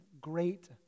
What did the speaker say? great